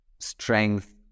strength